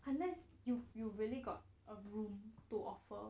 unless you you really got a room to offer